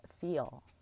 feel